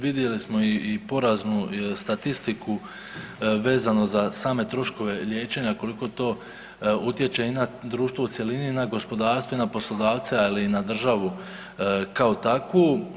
Vidjeli smo i poraznu statistiku vezano za same troškove liječenja koliko to utječe i na društvo u cjelini, i na gospodarstvo, i na poslodavce, ali i na državu kao takvu.